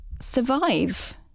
survive